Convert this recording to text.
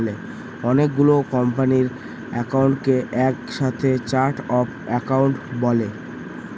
অনেকগুলো কোম্পানির একাউন্টকে এক সাথে চার্ট অফ একাউন্ট বলে